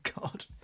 God